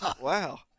Wow